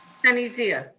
sunny zia.